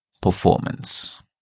performance